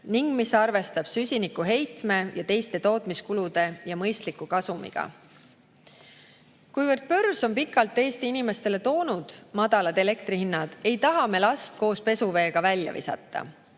ning mis arvestab süsinikuheitme ja teiste tootmiskulude ja mõistliku kasumiga. Kuivõrd börs on pikalt Eesti inimestele toonud madalad elektrihinnad, ei taha me last koos pesuveega välja visata.